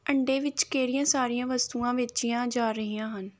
ਅੰਡੇ ਵਿੱਚ ਕਿਹੜੀਆਂ ਸਾਰੀਆਂ ਵਸਤੂਆਂ ਵੇਚੀਆਂ ਜਾ ਰਹੀਆਂ ਹਨ